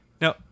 No